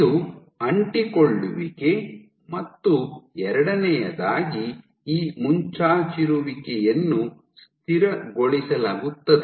ಇದು ಅಂಟಿಕೊಳ್ಳುವಿಕೆ ಮತ್ತು ಎರಡನೆಯದಾಗಿ ಈ ಮುಂಚಾಚಿರುವಿಕೆಯನ್ನು ಸ್ಥಿರಗೊಳಿಸಲಾಗುತ್ತದೆ